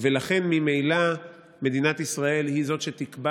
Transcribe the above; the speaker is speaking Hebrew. ולכן ממילא מדינת ישראל היא זאת שתקבע